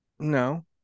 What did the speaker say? No